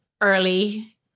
early